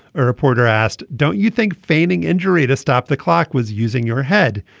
a reporter asked don't you think feigning injury to stop the clock was using your head.